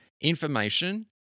information